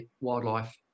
wildlife